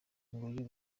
nguyu